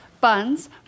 buns